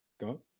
Go